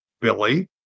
Billy